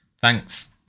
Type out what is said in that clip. Thanks